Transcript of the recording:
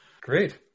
Great